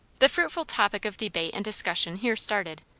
the fruitful topic of debate and discussion here started,